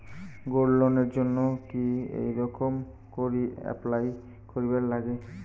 Gold লোনের জইন্যে কি রকম করি অ্যাপ্লাই করিবার লাগে?